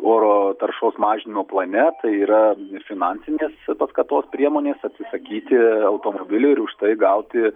oro taršos mažinimo plane tai yra finansinės paskatos priemonės atsisakyti automobilių ir už tai gauti